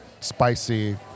spicy